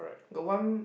got one